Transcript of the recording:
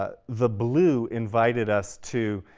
ah the blue invited us to